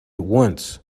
once